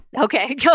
Okay